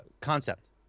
concept